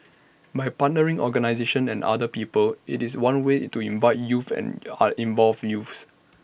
by partnering organisations and other people IT is one way to invite in youth and involve youth